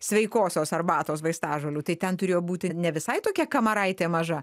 sveikosios arbatos vaistažolių tai ten turėjo būti ne visai tokia kamaraitė maža